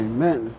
Amen